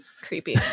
creepy